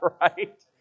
Right